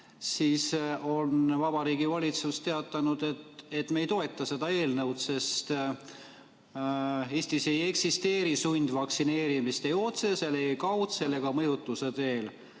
on Vabariigi Valitsus teatanud, et me ei toeta seda eelnõu, sest Eestis ei eksisteeri sundvaktsineerimist ei otseselt ega kaudselt mõjutamise teel.